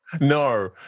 No